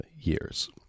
years